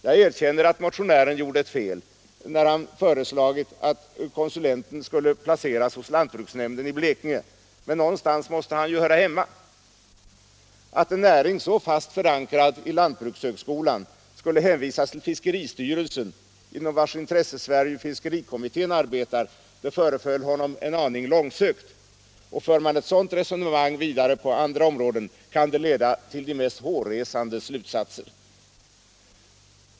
Jag erkänner att motionären gjort ett fel när han föreslagit att konsulenten skulle placeras hos lantbruksnämnden i Blekinge, men någonstans måste ju konsulenten höra hemma. Att en näring, så fast förankrad i lantbrukshögskolan, skulle hänvisas till fiskeristyrelsen, inom vars intressesfär ju fiskerikommittén arbetar, föreföll honom en aning långsökt. För man man ett sådant resonemang vidare på andra områden kan det leda till de mest halsbrytande slutsatser.